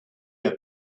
are